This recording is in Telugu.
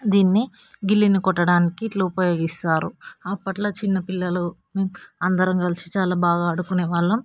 దీన్ని గిల్లిని కొట్టడానికి ఇట్ల ఉపయోగిస్తారు అప్పట్లో చిన్నపిల్లలు అందరం కలిసి చాలా బాగా ఆడుకునేవాళ్ళం